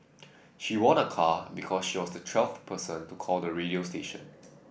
she won a car because she was the twelfth person to call the radio station